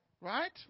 Right